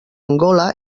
angola